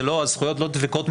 זה לא הזכויות לא דבקות בו.